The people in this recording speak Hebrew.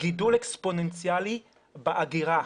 גידול אקספוננציאלי באגירה.